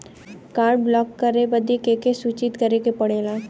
Card block करे बदी के के सूचित करें के पड़ेला?